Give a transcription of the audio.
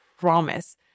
promise